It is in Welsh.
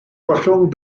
gollwng